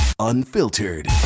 unfiltered